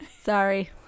sorry